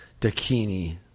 Dakini